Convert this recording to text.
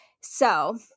So-